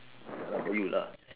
ya lah for you lah